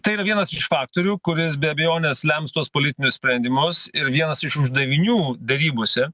tai yra vienas iš faktorių kuris be abejonės lems tuos politinius sprendimus ir vienas iš uždavinių derybose